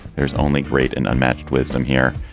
there is only great and unmatched wisdom here.